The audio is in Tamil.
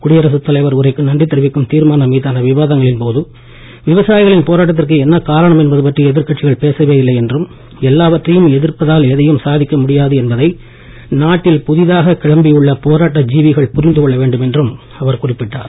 குடியரசுத் தலைவர் உரைக்கு நன்றி தெரிவிக்கும் தீர்மானம் மீதான விவாதங்களின் போது விவசாயிகளின் போராட்டத்திற்கு என்ன காரணம் என்பது பற்றி எதிர் கட்சிகள் பேசவே இல்லை என்றும் எல்லாவற்றையும் எதிர்ப்பதால் எதையும் சாதிக்க முடியாது என்பதை நாட்டில் புதிதாகக் கிளம்பியுள்ள போராட்ட ஜீவிகள் புரிந்துகொள்ள வேண்டும் என்றும் அவர் குறிப்பிட்டார்